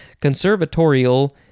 conservatorial